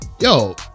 yo